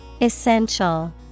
Essential